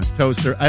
toaster